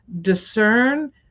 discern